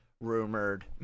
rumored